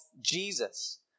Jesus